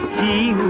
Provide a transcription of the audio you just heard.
e